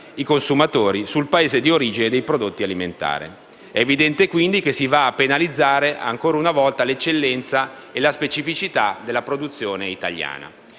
i consumatori sul Paese di origine dei prodotti alimentari. È evidente, quindi, che si va a penalizzare ancora una volta l'eccellenza e la specificità della produzione italiana.